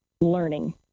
learning